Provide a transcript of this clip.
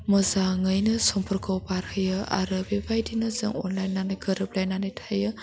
मोजाङैनो समफोरखौ बारहोयो आरो बे बायदिनो जों अनलायनानै गोरोबलायनानै थायो